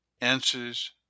answers